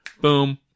Boom